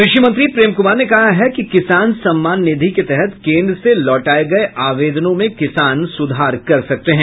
कृषि मंत्री प्रेम कुमार ने कहा है कि किसान सम्मान निधि के तहत केंद्र से लौटाये गये आवेदनों में किसान सुधार कर सकते हैं